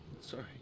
Sorry